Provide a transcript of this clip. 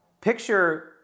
picture